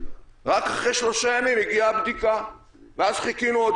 ורק אחרי שלושה ימים הגיעה הבדיקה ואז חיכינו עוד